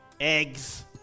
eggs